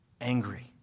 angry